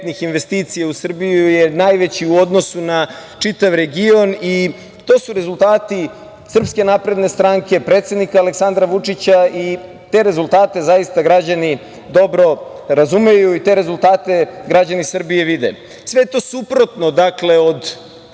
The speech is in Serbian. investicija u Srbiju je najveći u odnosu na čitav region, i to su rezultati SNS, predsednika Aleksandra Vučića i te rezultate zaista građani dobro razumeju i te rezultate građani Srbije vide. Sve je to suprotno od